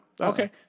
Okay